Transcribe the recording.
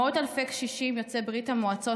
מאות אלפי קשישים יוצאי ברית המועצות,